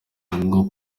bwo